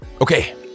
Okay